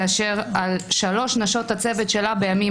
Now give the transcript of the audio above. כאשר על שלוש נשות הצוות שלה הוגשו בימים